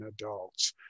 adults